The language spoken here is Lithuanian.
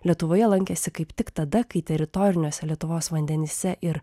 lietuvoje lankėsi kaip tik tada kai teritoriniuose lietuvos vandenyse ir